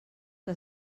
que